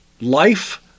life